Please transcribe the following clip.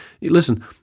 Listen